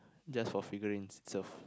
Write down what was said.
just for figurines itself